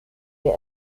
der